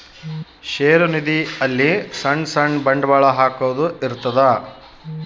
ಷೇರು ನಿಧಿ ಅಲ್ಲಿ ಸಣ್ ಸಣ್ ಬಂಡವಾಳ ಹಾಕೊದ್ ಇರ್ತದ